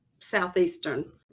southeastern